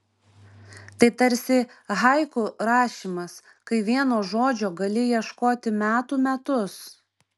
tai tarsi haiku rašymas kai vieno žodžio gali ieškoti metų metus